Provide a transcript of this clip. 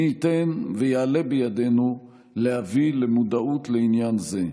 מי ייתן ויעלה בידינו להביא למודעות לעניין זה.